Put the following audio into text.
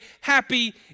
happy